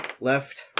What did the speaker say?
Left